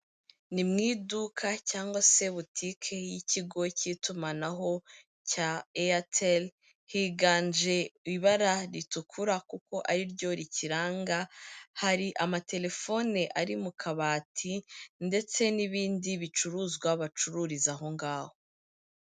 Ni mu iduka cyangwa se butike y'ikigo cy'itumanaho cya Airtel, higanje ibara ritukura kuko ari ryo rikiranga, hari amatelefone ari mu kabati ndetse n'ibindi bicuruzwa bacururiza aho ngaho.